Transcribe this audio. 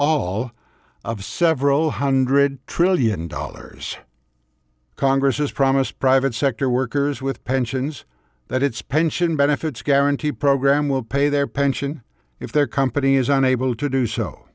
all of several hundred trillion dollars congress has promised private sector workers with pensions that its pension benefits guarantee program will pay their pension if their company is unable to do so